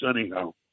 anyhow